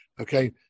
Okay